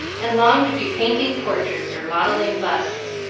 and longed to be painting portraits or modelling busts,